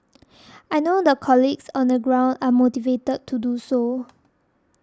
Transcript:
I know the colleagues on the ground are motivated to do so